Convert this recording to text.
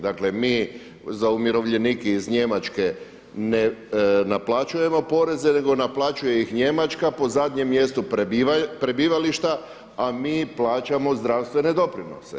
Dakle da mi za umirovljenike iz Njemačke ne naplaćujemo poreze, nego naplaćuje ih Njemačka po zadnjem mjestu prebivališta a mi plaćamo zdravstvene doprinose.